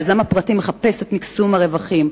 היזם הפרטי מחפש את מקסום הרווחים,